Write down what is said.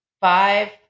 five